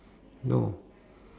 no